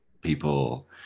people